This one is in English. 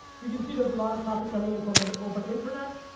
you can see there's a lot of traffic coming in from the open internet.